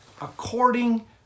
according